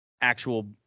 actual